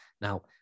Now